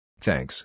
Thanks